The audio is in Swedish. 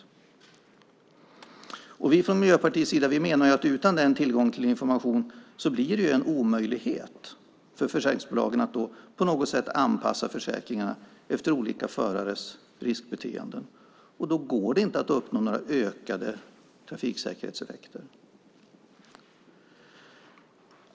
Vi menar från Miljöpartiets sida att det utan den tillgången till information blir en omöjlighet för försäkringsbolagen att på något sätt anpassa försäkringarna efter olika förares riskbeteenden. Då går det inte att uppnå några ökade trafiksäkerhetseffekter.